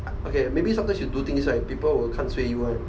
I okay maybe sometimes you do things right people will kansuay you one